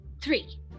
three